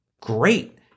great